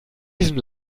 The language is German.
diesem